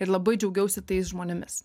ir labai džiaugiausi tais žmonėmis